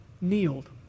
kneeled